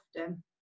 often